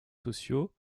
sociaux